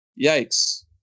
yikes